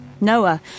Noah